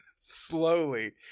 Slowly